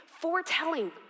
foretelling